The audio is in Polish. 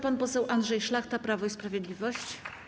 Pan poseł Andrzej Szlachta, Prawo i Sprawiedliwość.